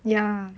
ya